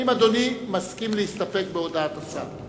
האם אדוני מסכים להסתפק בהודעת השר?